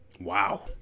Wow